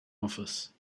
office